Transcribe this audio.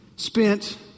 spent